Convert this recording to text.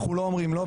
אנחנו לא אומרים לא,,